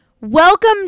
Welcome